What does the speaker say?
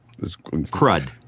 crud